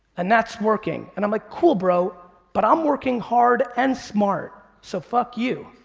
and that's working. and i'm like, cool, bro, but i'm working hard and smart, so fuck you.